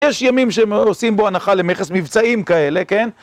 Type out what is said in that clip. יש ימים שהם עושים בו הנחה למכס מבצעים כאלה, כן?